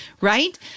right